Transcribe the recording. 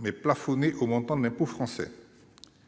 mais qui est plafonné au montant de l'impôt français.